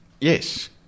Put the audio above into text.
Yes